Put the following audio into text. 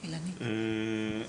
תראו,